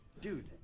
Dude